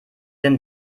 denn